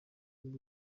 bwo